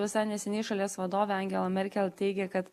visai neseniai šalies vadovė angela merkel teigė kad